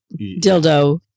Dildo